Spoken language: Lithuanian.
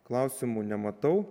klausimų nematau